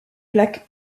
plaque